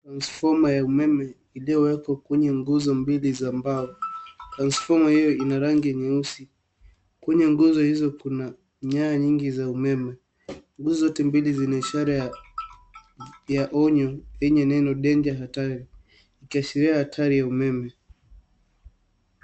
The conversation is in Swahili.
Transformer ya umeme iliyowekwa kwenye nguzo mbili za mbao. Transformer hiyo ina rangi nyeusi. Kwenye nguzo hizo kuna nyaya nyingi za umeme. Nguzo zote mbili zina ishara ya onyo yenye neno danger hatari, ikiashiria hatari ya umeme.